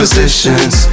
Positions